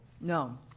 No